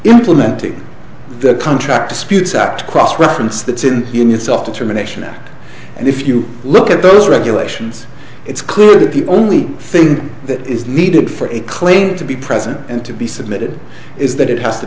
implementing the contract disputes out cross reference that in the union self determination act and if you look at those regulations it's clear that the only thing that is needed for a claim to be present and to be submitted is that it has to